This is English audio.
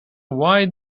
why